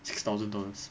six thousand dollars